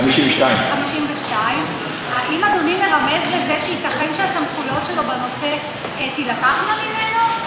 52. 52. האם אדוני מרמז לזה שייתכן שהסמכויות שלו בנושא תילקחנה ממנו?